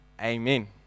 Amen